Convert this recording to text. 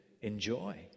enjoy